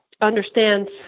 understands